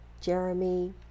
Jeremy